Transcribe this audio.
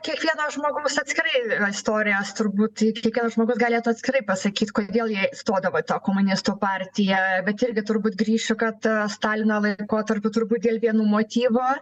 kiekvieno žmogaus atskirai istorijos turbūt kiekvienas žmogus galėtų atskirai pasakyt kodėl jie įstodavo į tą komunistų partiją bet irgi turbūt grįšiu kad stalino laikotarpiu turbūt dėl vienų motyvų